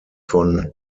von